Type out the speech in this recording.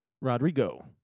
Rodrigo